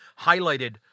highlighted